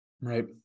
Right